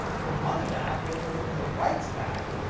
ah their money back or, or, or their rights back,